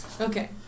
Okay